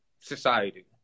society